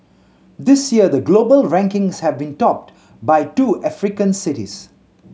this year the global rankings have been topped by two African cities